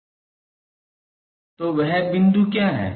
तो वह बिंदु क्या है